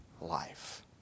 life